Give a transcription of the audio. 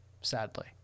sadly